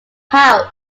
house